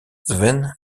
sven